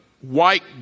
white